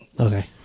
Okay